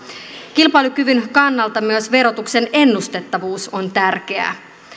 kilpailukyvyn kannalta myös verotuksen ennustettavuus on tärkeää